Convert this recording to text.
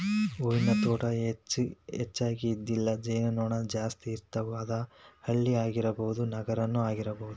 ಹೂವಿನ ತೋಟಾ ಹೆಚಗಿ ಇದ್ದಲ್ಲಿ ಜೇನು ನೊಣಾ ಜಾಸ್ತಿ ಇರ್ತಾವ, ಅದ ಹಳ್ಳಿ ಆಗಿರಬಹುದ ನಗರಾನು ಆಗಿರಬಹುದು